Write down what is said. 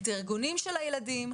את הארגונים של הילדים,